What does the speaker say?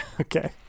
okay